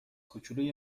کوچلوی